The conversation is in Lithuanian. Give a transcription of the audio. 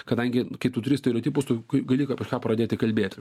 kadangi kai tu turi stereotipus tu gali kažką pradėti kalbėti